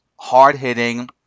hard-hitting